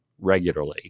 regularly